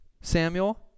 Samuel